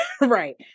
Right